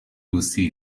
لوسی